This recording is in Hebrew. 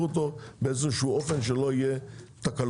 אותו באיזה שהוא אופן שלא יהיה תקלות.